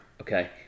Okay